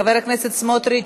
חבר הכנסת סמוטריץ,